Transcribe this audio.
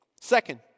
Second